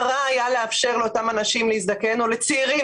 מה רע היה לאפשר לאותם אנשים להזדקן או לצעירים